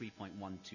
3.12